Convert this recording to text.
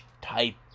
type